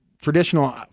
traditional